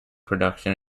production